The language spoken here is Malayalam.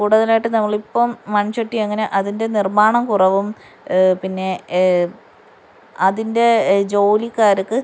കൂടതലായിട്ട് നമ്മളിപ്പം മൺച്ചട്ടി അങ്ങനെ അതിന്റെ നിർമ്മാണം കുറവും പിന്നെ അതിന്റെ ജോലിക്കാർക്ക്